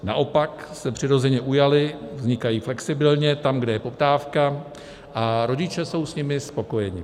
Naopak se přirozeně ujaly, vznikají flexibilně tam, kde je poptávka, a rodiče jsou s nimi spokojeni.